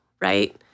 right